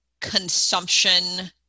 consumption